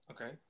okay